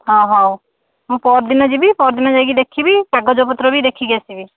ହଁ ହଉ ମୁଁ ପହରଦିନ ଯିବି ପହରଦିନ ଯାଇକି ଦେଖିବି କାଗଜ ପତ୍ର ବି ଦେଖିକି ଆସିବି